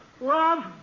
Love